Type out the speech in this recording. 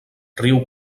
riu